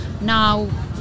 now